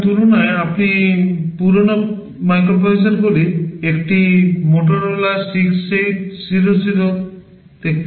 এখন তুলনায় আপনি পুরানো মাইক্রোপ্রসেসরগুলির একটি Motorola 68000 দেখতে পান